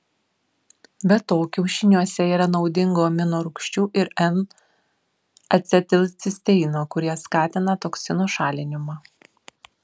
be to kiaušiniuose yra naudingų aminorūgščių ir n acetilcisteino kurie skatina toksinų šalinimą